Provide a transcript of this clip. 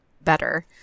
better